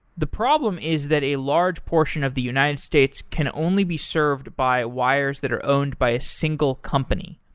the problem is that a large portion of the united states can only be served by wires that are owned by a single company.